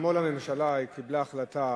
אתמול הממשלה קיבלה החלטה